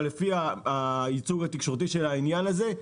אבל לפי הייצוג התקשורתי של העניין הזה,